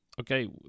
Okay